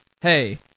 Hey